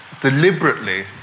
deliberately